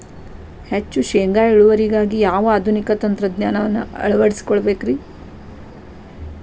ಹೆಚ್ಚು ಶೇಂಗಾ ಇಳುವರಿಗಾಗಿ ಯಾವ ಆಧುನಿಕ ತಂತ್ರಜ್ಞಾನವನ್ನ ಅಳವಡಿಸಿಕೊಳ್ಳಬೇಕರೇ?